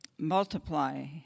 multiply